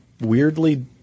weirdly